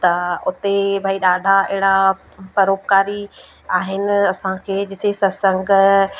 त उते भई ॾाढा अहिड़ा परोपकारी आहिनि असांखे जिते सत्संगु